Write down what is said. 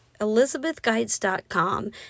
elizabethguides.com